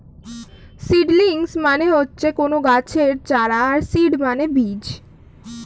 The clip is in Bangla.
সিডলিংস মানে হচ্ছে কোনো গাছের চারা আর সিড মানে বীজ